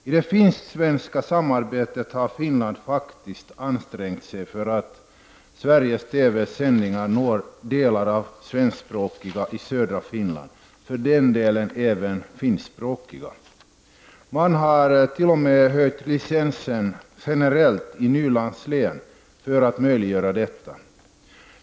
I det finsk-svenska samarbetet har Finland faktiskt ansträngt sig för att Sveriges TVs sändningar skall nå svenskspråkiga i södra Finland och för den delen även finskspråkiga. Man har t.o.m. höjt licensen generellt i Nylands län för att möjliggöra detta.